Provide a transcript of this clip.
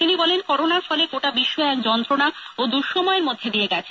তিনি বলেন করোনার ফলে গোটা বিশ্ব এক যন্ত্রনার ও দুঃসময়ের মধ্যে দিয়ে গেছে